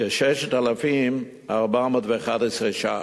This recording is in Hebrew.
כ-6,411 ש"ח.